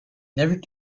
never